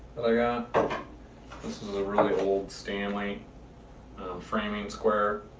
i got this is a really old stanley framing square